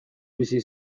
bizi